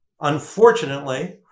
Unfortunately